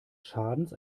schadens